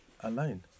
alone